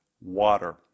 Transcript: water